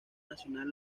nacional